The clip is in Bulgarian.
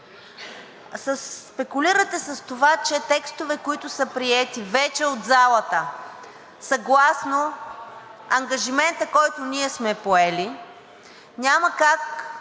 Спекулирате с това, че текстове, които са приети вече от залата съгласно ангажимента, който ние сме поели, няма как